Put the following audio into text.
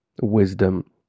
wisdom